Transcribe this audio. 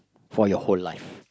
for your whole life